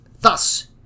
Thus